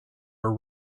are